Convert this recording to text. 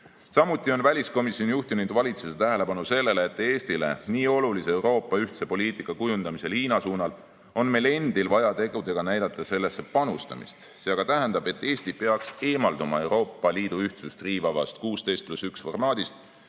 on väliskomisjon juhtinud valitsuse tähelepanu sellele, et Eestile nii olulise Euroopa ühtse poliitika kujundamisel Hiina suunal on meil endil vaja tegudega näidata sellesse panustamist. See aga tähendab, et Eesti peaks eemalduma Euroopa Liidu ühtsust riivavast 16 + 1 formaadist